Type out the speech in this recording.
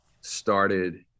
started